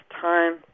time